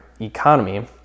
economy